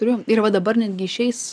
turiu ir va dabar netgi išeis